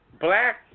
black